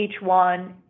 H1